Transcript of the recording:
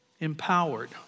empowered